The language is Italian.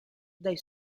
dai